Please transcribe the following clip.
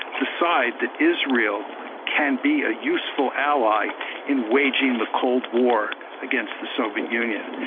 decide that israel can be a useful ally in waging the cold war against the soviet union.